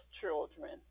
children